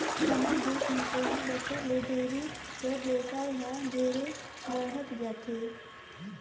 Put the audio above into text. हमर देस में कई बच्छर ले डेयरी कर बेवसाय हर ढेरे बढ़हत जाथे